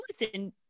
listen